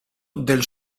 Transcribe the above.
del